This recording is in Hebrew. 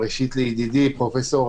לדברים שאמר פרופסור